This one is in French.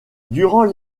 durant